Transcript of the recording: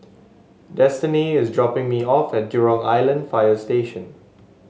Destini is dropping me off at Jurong Island Fire Station